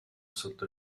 sotto